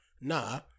Nah